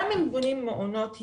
גם אם בונים מעונות יום,